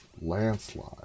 Landslide